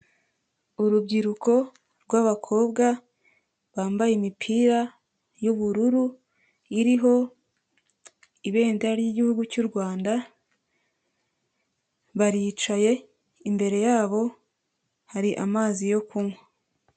Urubyiruko rw'abakobwa bambaye imipira y'ubururu iriho ibendera ry'igihugu cy' u Rwanda, baricaye imbere yabo hari amazi yo kunywa.